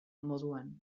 moduan